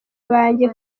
banjye